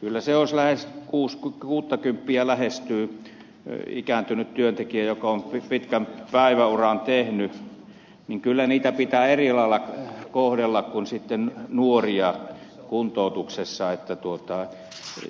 kyllä kuuttakymppiä lähestyviä ikääntyviä työntekijöitä jotka ovat pitkän päiväuran tehneet pitää erilailla kohdella kuin sitten nuoria kuntoutuksessa että